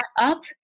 up